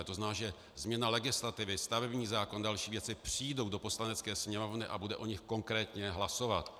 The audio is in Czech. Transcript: To znamená, že změna legislativy, stavební zákon a další věci přijdou do Poslanecké sněmovny a bude po nich konkrétně hlasováno.